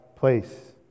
Place